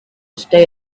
stay